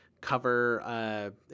cover